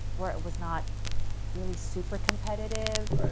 where it was not really super competitive,